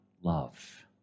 love